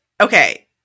okay